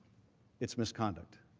its misconduct.